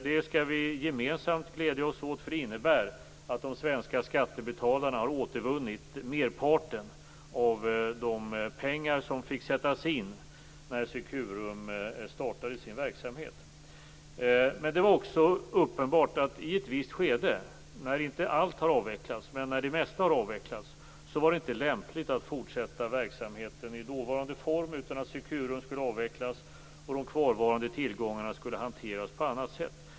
Det skall vi gemensamt glädja oss åt, för det innebär att de svenska skattebetalarna har återvunnit merparten av de pengar som fick sättas in när Securum startade sin verksamhet. Det var också uppenbart att det i ett visst skede, när det mesta men inte allt hade avvecklats, inte var lämpligt att fortsätta verksamheten i dåvarande form. Securum skulle avvecklas och de kvarvarande tillgångarna skulle hanteras på annat sätt.